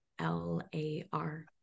l-a-r